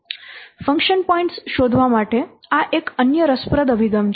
function points શોધવા માટે આ એક અન્ય રસપ્રદ અભિગમ છે